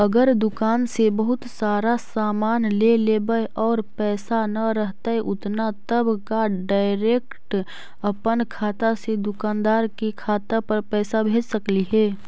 अगर दुकान से बहुत सारा सामान ले लेबै और पैसा न रहतै उतना तब का डैरेकट अपन खाता से दुकानदार के खाता पर पैसा भेज सकली हे?